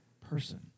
person